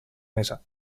mesa